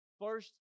First